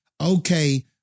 okay